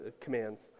commands